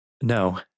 No